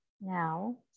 now